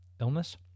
illness